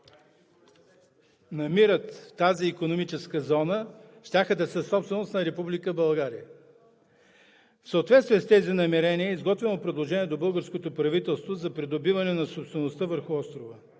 намират в тази икономическа зона, щяха да са собственост на Република България. В съответствие с тези намерения е изготвено предложение до българското правителство за придобиване на собствеността върху острова.